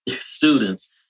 students